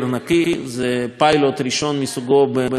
זה פיילוט ראשון מסוגו במדינת ישראל.